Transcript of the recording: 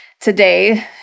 today